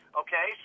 okay